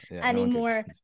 anymore